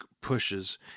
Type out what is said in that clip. pushes